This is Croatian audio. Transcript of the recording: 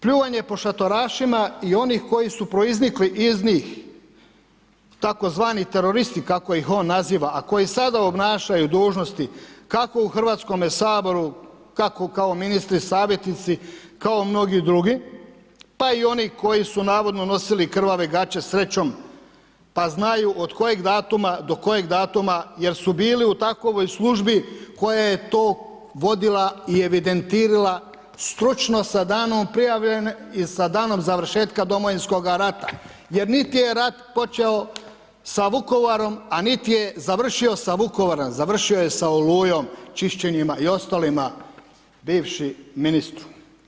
Pljuvanje po šatorašima i onih koji su proiznikli iz njih tzv. teroristi kako ih on naziva a koji sada obnašaju dužnosti kako u Hrvatskome saboru, kako kao ministri, savjetnici, kao mnogi dr., pa i oni koji su navodno nosili krvave gaće srećom pa znaju od kojega datuma do kojeg datuma jer su bili u takvoj službi koja je to vodila i evidentirala stručno sa danom prijave i sa danom završetka Domovinskoga rata jer niti je rat počeo sa Vukovarom a niti završio sa Vukovar, završio je sa Olujom, čišćenjima i ostalima, bivšu ministru.